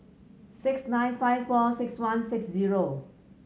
six nine five four six one six zero